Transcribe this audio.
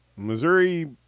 Missouri